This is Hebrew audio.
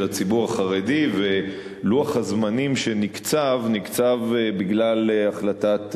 הציבור החרדי ולוח הזמנים נקצב בגלל החלטת בג"ץ.